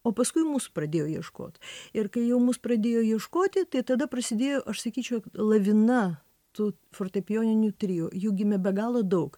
o paskui mūsų pradėjo ieškot ir kai jau mus pradėjo ieškoti tai tada prasidėjo aš sakyčiau lavina tų fortepijoninių trio jų gimė be galo daug